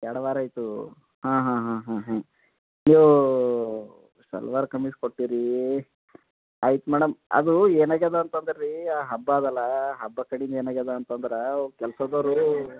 ಎರಡು ವಾರ ಆಯಿತು ಹಾಂ ಹಾಂ ಹಾಂ ಹಾಂ ಇವ ಸಲ್ವಾರ್ ಕಮೀಝ್ ಕೊಟ್ಟಿರೀ ಆಯ್ತು ಮೇಡಮ್ ಅದು ಏನಾಗ್ಯದ ಅಂತಂದು ರೀ ಆ ಹಬ್ಬ ಅದಲ್ಲಾ ಹಬ್ಬ ಕಡಿ ಇಂದ ಏನಾಗ್ಯದ ಅಂತಂದ್ರ ಕೆಲ್ಸದೋರು